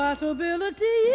Possibility